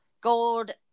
gold